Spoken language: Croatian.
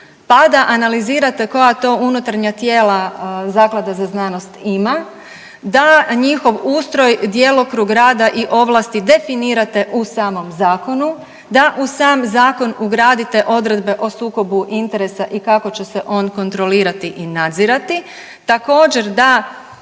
pa da analizirate koja to unutarnja Zaklada za znanost ima, da njihov ustroj, djelokrug rada i ovlasti definirate u samom zakonu, da u sam zakon ugradite odredbe o sukobu interesa i kako će se on kontrolirati i nadzirati. Također da